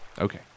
Okay